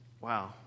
wow